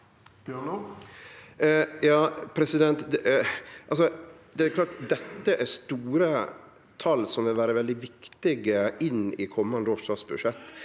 er klart: Dette er store tal som vil vere veldig viktige inn i komande års statsbudsjett.